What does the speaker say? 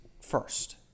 first